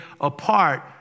apart